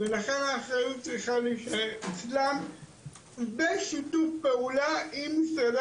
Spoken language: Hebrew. לכן האחריות צריכה להישאר אצלם בשיתוף פעולה עם משרדי